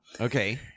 Okay